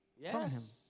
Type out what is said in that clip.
Yes